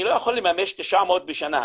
אני לא יכול לממש 900 בשנה,